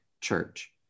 church